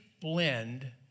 blend